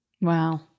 Wow